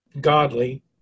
godly